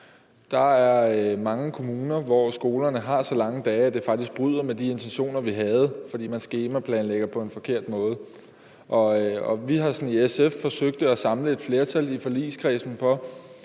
Der er mange kommuner, hvor skolerne har så lange dage, at det faktisk bryder med de intentioner, vi havde, fordi man skemaplanlægger på en forkert måde. Vi har i SF forsøgt at samle et flertal i forligskredsen for,